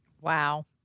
Wow